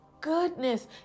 goodness